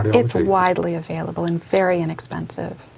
it's widely available and very inexpensive.